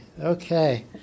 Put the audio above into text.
Okay